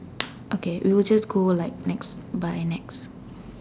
okay we will just go like next by next